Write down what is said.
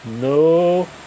no